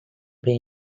pay